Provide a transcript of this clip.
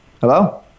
Hello